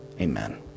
Amen